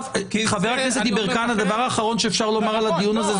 הדבר האחרון שאפשר לומר על הדיון הזה,